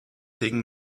ding